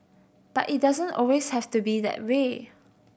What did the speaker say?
but it doesn't always have to be that way